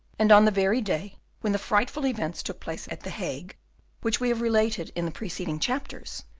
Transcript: and on the very day when the frightful events took place at the hague which we have related in the preceding chapters,